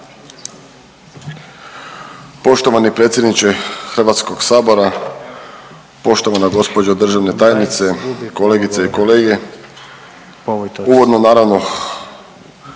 Poštovani predsjedniče HS-a, poštovana gđo državna tajnice, kolegice i kolege. Uvodno naravno,